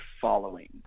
following